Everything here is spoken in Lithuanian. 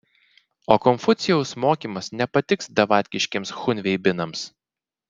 o konfucijaus mokymas nepatiks davatkiškiems chunveibinams